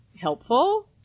helpful